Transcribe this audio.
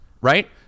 right